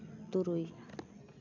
ᱛᱩᱨᱩᱭ